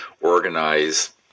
organize